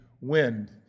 wind